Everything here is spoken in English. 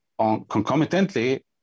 Concomitantly